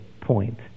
point